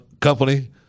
company